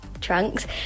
trunks